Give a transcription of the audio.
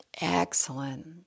Excellent